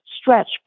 stretch